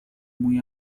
muy